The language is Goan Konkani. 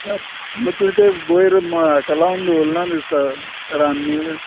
आं मागीर तुवें तें वयर हेका लावन दवरलें ना दिसता रान्नीर